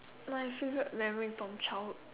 my favourite memory from childhood